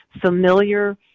familiar